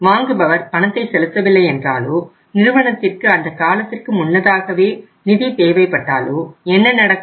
வாங்குபவர் பணத்தை செலுத்தவில்லை என்றாலோ நிறுவனத்திற்கு அந்த காலத்திற்கு முன்னதாகவே நிதி தேவைப்பட்டாலோ என்ன நடக்கும்